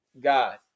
God